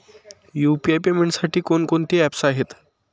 UPI पेमेंटसाठी कोणकोणती apps आहेत?